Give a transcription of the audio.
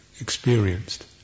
experienced